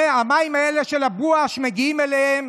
המים האלה של הבואש מגיעים אליהם